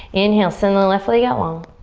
inhale. send the left leg out long.